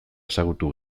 ezagutu